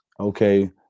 Okay